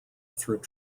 through